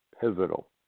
pivotal